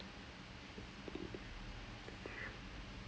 slam on the floor when you're going to like pivot to release the ball